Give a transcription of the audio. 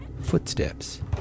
footsteps